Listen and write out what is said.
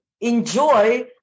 enjoy